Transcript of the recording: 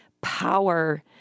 power